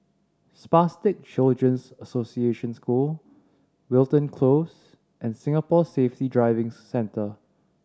Spastic Children's Association School Wilton Close and Singapore Safety Driving Centre